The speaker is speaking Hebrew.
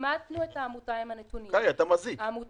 לא, לא, עימתנו את העמותה עם הנתונים, העמותה